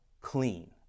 clean